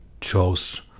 chose